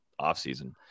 offseason